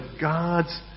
God's